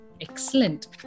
Excellent